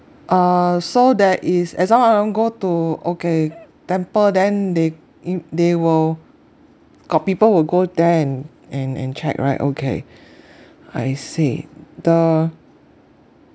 uh so there is as long as I want to go to okay temple then they im~ they will got people will go there and and and check right okay I see the